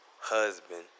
husband